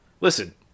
Listen